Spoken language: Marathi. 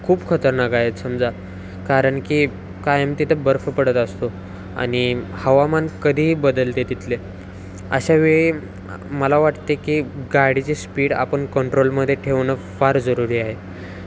खूप खतरनाक आहेत समजा कारण की कायम तिथं बर्फ पडत असतो आणि हवामान कधीही बदलते तिथले अशावेळी मला वाटते की गाडीची स्पीड आपण कंट्रोलमध्ये ठेवणं फार जरूरी आहे